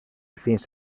fins